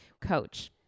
coach